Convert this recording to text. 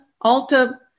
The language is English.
Alta